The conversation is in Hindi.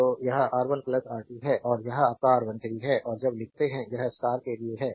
तो यह R1 R2 है और यह आपका R13 है और जब लिखते हैं यह स्टार के लिए है